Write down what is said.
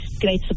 great